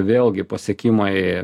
vėlgi pasiekimai